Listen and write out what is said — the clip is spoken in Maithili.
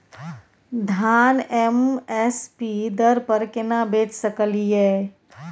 धान एम एस पी दर पर केना बेच सकलियै?